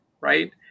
right